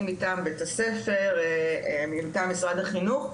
אם מטעם בית הספר מטעם משרד החינוך,